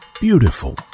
Beautiful